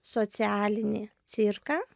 socialinį cirką